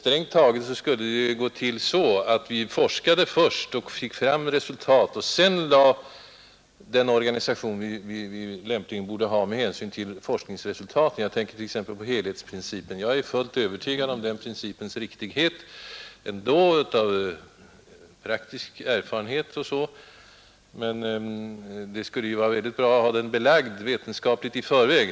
Strängt taget skulle det ju gå till på det sättet, att vi forskade först och fick fram vissa resultat och sedan byggde upp den vårdorganisation vi lämpligen borde ha med ledning av forskningsresultaten. Jag tänker t.ex. Nr 125 på helhetsprincipen. Jag är visserligen fullt övertygad om den principens Torsdagen den riktighet utan forskningsrön — av praktisk erfarenhet och så — men det 11 november 1971 skulle ju vara väldigt bra att ha den belagd vetenskapligt i förväg.